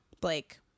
blake